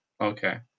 Okay